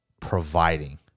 providing